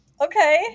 Okay